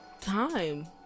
time